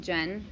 Jen